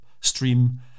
stream